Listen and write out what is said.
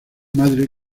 madre